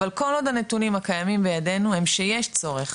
אבל כל עוד הנתונים הקיימים בידינו הם שיש צורך,